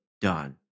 done